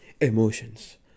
Emotions